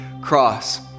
cross